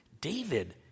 David